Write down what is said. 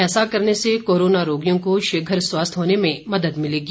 ऐसा करने से कोरोना रोगियों को शीघ्र स्वस्थ होने में मदद मिलेगी